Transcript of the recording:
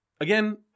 again